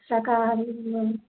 शाकाहारी भी बन